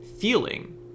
feeling